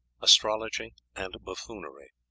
astrology and buffoonery.